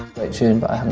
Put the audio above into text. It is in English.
tune, but i